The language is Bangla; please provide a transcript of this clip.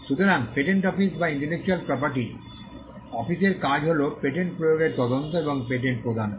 সুতরাং পেটেন্ট অফিস বা ইন্টেলেকচুয়াল প্রপার্টি অফিসের কাজ হল পেটেন্ট প্রয়োগের তদন্ত এবং পেটেন্ট প্রদান করা